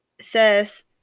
says